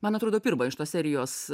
man atrodo pirmą iš tos serijos